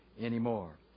anymore